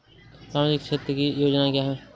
सामाजिक क्षेत्र की योजनाएँ क्या हैं?